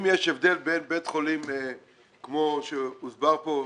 אני רוצה קודם כל לשאול האם יש הבדל בין בית חולים כמו שהוסבר כאן,